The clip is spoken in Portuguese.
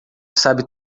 sabe